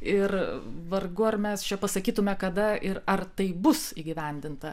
ir vargu ar mes čia pasakytume kada ir ar tai bus įgyvendinta